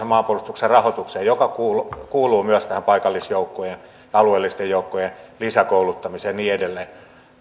maanpuolustuksen rahoitukseen joka kuuluu kuuluu myös tähän paikallisjoukkojen ja alueellisten joukkojen lisäkouluttamiseen ja niin edelleen